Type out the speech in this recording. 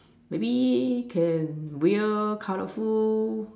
maybe can whale colourful